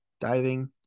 diving